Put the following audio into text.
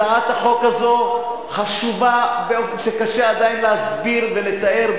הצעת החוק הזאת חשובה באופן שקשה עדיין להסביר ולתאר.